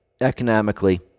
economically